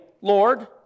Lord